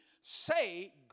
say